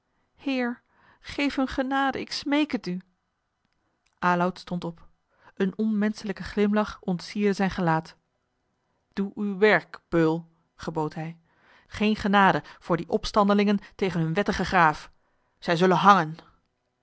heer geef hun genade ik smeek het u aloud stond op een onmenschelijke glimlach ontsierde zijn gelaat doe uw werk beul gebood hij geen genade voor die opstandelingen tegen hun wettigen graaf zij zullen hangen